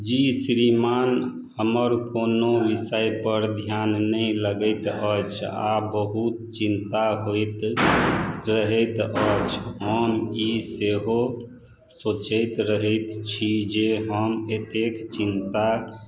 जी श्रीमान हमर कोनो विषयपर धिआन नहि लगैत अछि आ बहुत चिन्ता होइत रहैत अछि हम ई सेहो सोचैत रहैत छी जे हम एतेक चिन्ता